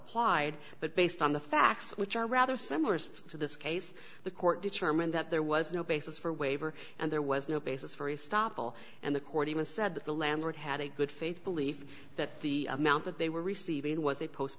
applied but based on the facts which are rather similar to this case the court determined that there was no basis for a waiver and there was no basis for a stoppel and the court even said that the landlord had a good faith belief that the amount that they were receiving was a post